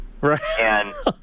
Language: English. Right